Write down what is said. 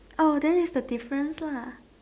oh then is the difference lah